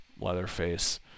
leatherface